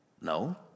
No